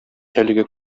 әлеге